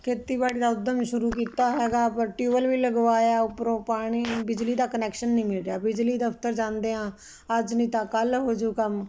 ਖੇਤੀਬਾੜੀ ਦਾ ਉੱਦਮ ਸ਼ੁਰੂ ਕੀਤਾ ਹੈਗਾ ਪਰ ਟਿਊਬਲ ਵੀ ਲਗਵਾਇਆ ਉੱਪਰੋਂ ਪਾਣੀ ਬਿਜਲੀ ਦਾ ਕਨੈਕਸ਼ਨ ਨਹੀਂ ਮਿਲ ਰਿਹਾ ਬਿਜਲੀ ਦਫਤਰ ਜਾਂਦੇ ਹਾਂ ਅੱਜ ਨਹੀਂ ਤਾਂ ਕੱਲ੍ਹ ਹੋ ਜਾਊ ਕੰਮ